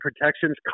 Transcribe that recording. protections